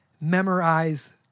memorize